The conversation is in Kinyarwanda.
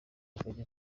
rugagi